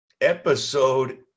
episode